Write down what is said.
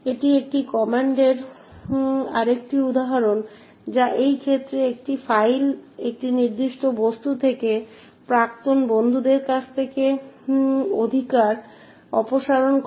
এটি একটি কমান্ডের আরেকটি উদাহরণ যা এই ক্ষেত্রে একটি ফাইলের একটি নির্দিষ্ট বস্তু থেকে প্রাক্তন বন্ধুর কাছ থেকে একটি অধিকার অপসারণ করে